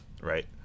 Right